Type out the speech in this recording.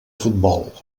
futbol